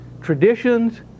traditions